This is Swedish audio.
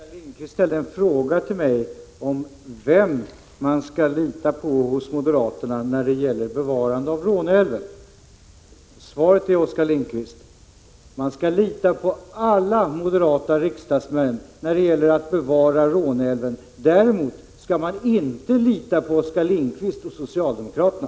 Herr talman! Oskar Lindkvist frågar mig vem man skall lita på hos moderaterna när det gäller bevarande av Råneälven. Svaret är, Oskar Lindkvist, att man skall lita på alla moderata riksdagsmän när det gäller att bevara Råneälven. Däremot skall man inte lita på Oskar Lindkvist och socialdemokraterna.